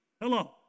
Hello